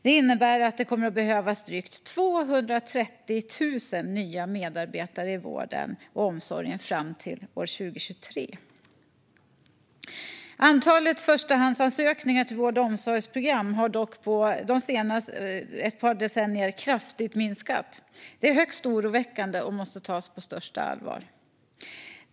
Det innebär att det kommer att behövas drygt 230 000 nya medarbetare i vården och omsorgen fram till 2023. Antalet förstahandsansökningar till vård och omsorgsprogram har dock på ett par decennier kraftigt minskat. Det är högst oroväckande och måste tas på största allvar.